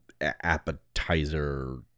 appetizer